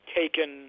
taken